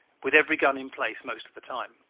with every gun in place, most of the time.